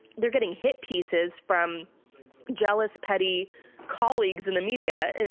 they're getting hit pieces from jealous petty colleagues in the media.